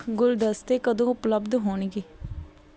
ਗੁਲਦਸਤੇ ਕਦੋਂ ਉਪਲਬਧ ਹੋਣਗੇ